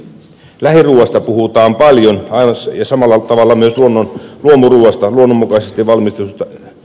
lähiruuasta puhutaan paljon ja samalla tavalla myös luonnon kyllästämön mukaisesti vaan